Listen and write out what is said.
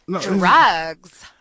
Drugs